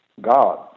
God